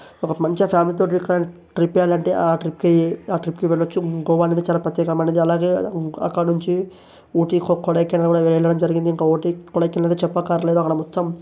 ఒక మంచిగా ఫ్యామిలీతోటి ఎక్కడైనా ట్రిప్ వెయ్యాలంటే ఆ ట్రిప్కి ఆ ట్రిప్కి వెళ్ళచ్చు గోవా అనేది చాలా ప్రత్యేకమైనది అలాగే అక్కడ నుంచి ఊటీ కొడైకెనాల్ కూడా వెళ్ళడం జరిగింది ఇంక ఊటీ కొడైకెనాల్ చెప్పక్కర్లేదు అక్కడ మొత్తం